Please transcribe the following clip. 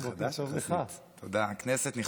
כנסת נכבדה.